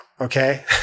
okay